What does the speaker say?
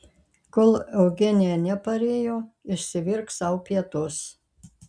kol eugenija neparėjo išsivirk sau pietus